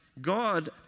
God